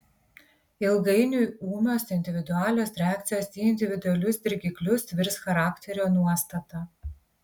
ilgainiui ūmios individualios reakcijos į individualius dirgiklius virs charakterio nuostata